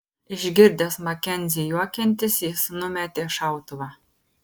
išgirdęs makenzį juokiantis jis numetė šautuvą